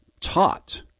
taught